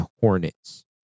hornets